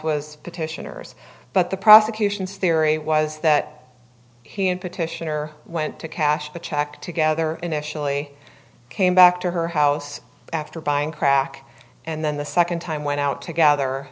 was petitioners but the prosecution's theory was that he and petitioner went to cash the check together initially came back to her house after buying crack and then the second time went out together